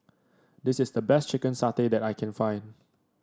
this is the best Chicken Satay that I can find